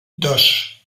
dos